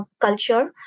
culture